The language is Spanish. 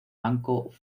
banco